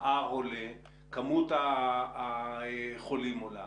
ה-R עולה, כמות החולים עולה.